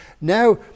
Now